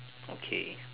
okay